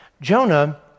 Jonah